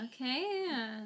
Okay